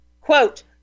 Quote